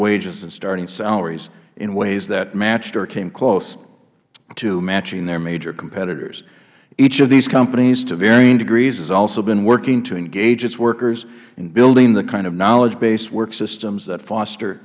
starting salaries in ways that matched or came close to matching their major competitors each of these companies to varying degrees has also been working to engage its workers in building the kind of knowledgebased work systems that foster